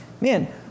Man